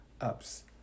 ups